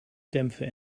dämpfe